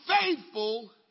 faithful